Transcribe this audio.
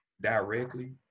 directly